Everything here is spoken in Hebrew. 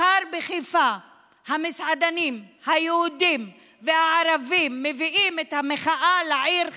מחר בחיפה המסעדנים היהודים והערבים מביאים את המחאה לעיר חיפה.